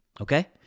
okay